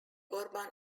urban